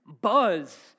buzz